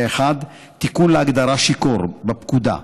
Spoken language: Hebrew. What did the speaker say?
האחד, תיקון להגדרה "שיכור" בפקודה.